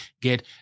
get